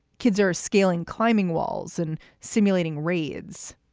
kids are scaling climbing walls and simulating raids.